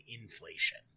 inflation